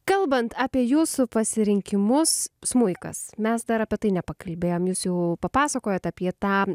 kalbant apie jūsų pasirinkimus smuikas mes dar apie tai nepakalbėjom jūs jau papasakojot apie tą